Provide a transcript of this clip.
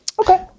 okay